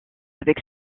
avec